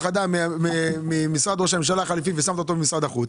אדם ממשרד ראש הממשלה החליפי והעברת למשרד החוץ,